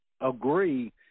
agree